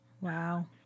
Wow